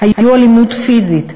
היו אלימות פיזית,